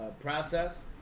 process